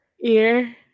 ear